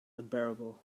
unbearable